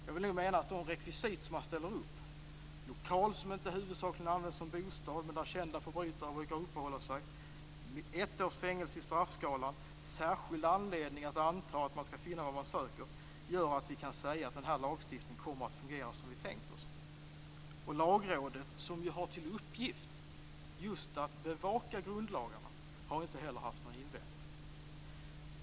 Jag vill nog mena att de rekvisit man ställer upp - lokal som inte huvudsakligen används som bostad men där kända förbrytare brukar uppehålla sig, ett års fängelse i straffskalan, särskild anledning att anta att man skall finna vad man söker - gör att vi kan säga att den här lagstiftningen kommer att fungera som vi tänkt oss. Lagrådet, som har till uppgift att bevaka just grundlagarna, har inte heller haft några invändningar.